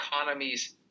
economies